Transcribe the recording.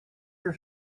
your